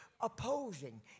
Opposing